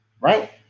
right